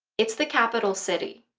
it's the capital city